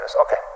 Okay